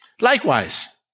Likewise